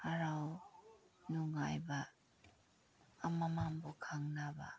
ꯍꯔꯥꯎ ꯅꯨꯡꯉꯥꯏꯕ ꯑꯃ ꯑꯃꯕꯨ ꯈꯪꯅꯕ